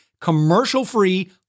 commercial-free